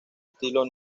estilo